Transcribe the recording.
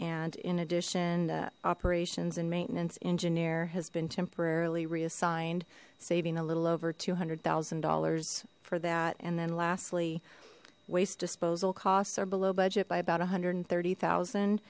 and in addition operations and maintenance engineer has been temporarily reassigned saving a little over two hundred thousand dollars for that and then lastly waste disposal costs are below budget by about a hundred and thirty thousand